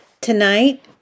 Tonight